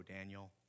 daniel